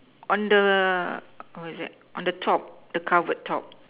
on the oh is it on the top the cupboard top